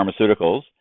Pharmaceuticals